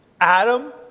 Adam